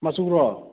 ꯃꯆꯨꯔꯣ